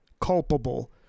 culpable